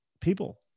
people